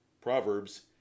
Proverbs